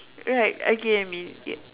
right I get you mean ya